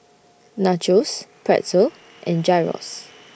Nachos Pretzel and Gyros